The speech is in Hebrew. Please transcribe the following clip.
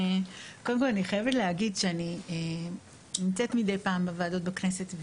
אני חייבת להגיד שאני נמצאת מדי פעם בוועדות בכנסת,